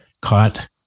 caught